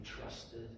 trusted